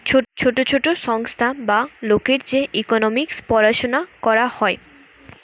ছোট ছোট সংস্থা বা লোকের যে ইকোনোমিক্স পড়াশুনা করা হয়